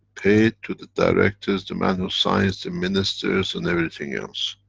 paid to the directors, the man who signs, the ministers, and everything else.